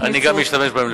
אני גם כן משתמש בהם לפעמים.